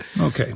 Okay